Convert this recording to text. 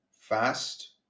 fast